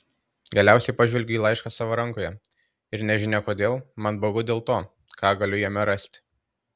galiausiai pažvelgiu į laišką savo rankoje ir nežinia kodėl man baugu dėl to ką galiu jame rasti